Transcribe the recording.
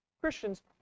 Christians